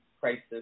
crisis